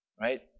right